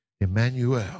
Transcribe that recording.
Emmanuel